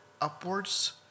upwards